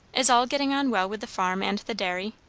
is all getting on well with the farm and the dairy?